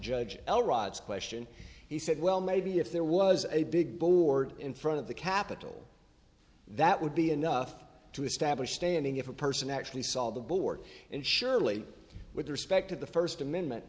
judge l rod's question he said well maybe if there was a big board in front of the capital that would be enough to establish standing if a person actually saw the board and surely with respect to the first amendment